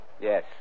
Yes